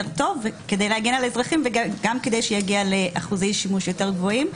טוב כדי להגן על האזרחים וגם כדי שיגיע לאחוזי שימוש יותר גבוהים.